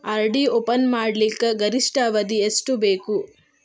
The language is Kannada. ಆರ್.ಡಿ ಒಪನ್ ಮಾಡಲಿಕ್ಕ ಗರಿಷ್ಠ ಅವಧಿ ಎಷ್ಟ ಬೇಕು?